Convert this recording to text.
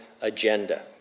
agenda